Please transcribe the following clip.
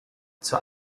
zur